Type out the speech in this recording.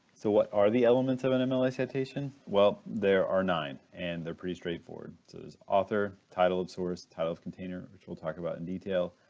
so what are the elements of an mla citation? well there are nine and they're pretty straightforward. so there's author, title of source, type of container which we'll talk about in detail,